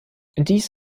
dies